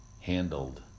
handled